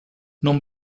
non